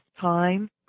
time